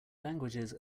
languages